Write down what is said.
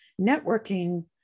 networking